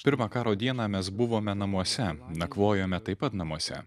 pirmą karo dieną mes buvome namuose nakvojome taip pat namuose